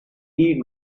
need